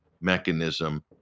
mechanism